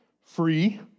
free